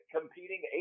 competing